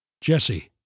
Jesse